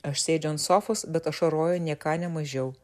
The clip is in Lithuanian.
aš sėdžiu ant sofos bet ašaroju nė ką ne mažiau